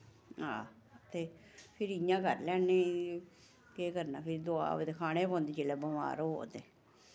हां ते फिरी इ'यां कर लैने केह् करना फ्ही दोआ ते खाने पौंदी जिल्लै बमार होवो ते